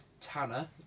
Tanner